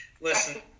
Listen